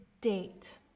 date